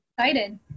excited